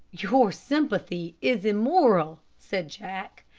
your sympathy is immoral, said jack.